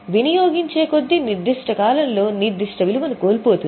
వినియోగించే కొద్దీ నిర్దిష్ట కాలంలో నిర్దిష్ట విలువను కోల్పోతుంది